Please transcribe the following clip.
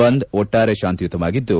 ಬಂದ್ ಒಟ್ಟಾರೆ ಶಾಂತಿಯುತವಾಗಿದ್ದು